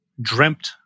dreamt